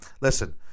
listen